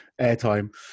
airtime